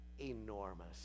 enormous